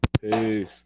Peace